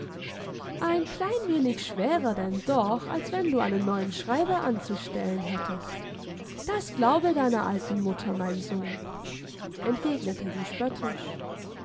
ein klein wenig schwerer denn doch als wenn du einen neuen schreiber anzustellen hättest das glaube deiner alten mutter mein sohn entgegnete sie spöttisch